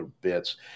bits